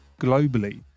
globally